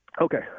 Okay